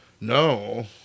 No